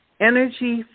energy